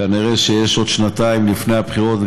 כנראה שיש עוד שנתיים לפני הבחירות,